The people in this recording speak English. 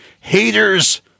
haters